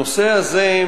בנושא הזה,